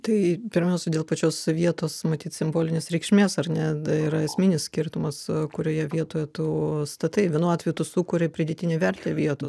tai pirmiausia dėl pačios vietos matyt simbolinės reikšmės ar ne tai yra esminis skirtumas kurioje vietoje tu statai vienu atveju tu sukuri pridėtinę vertę vietos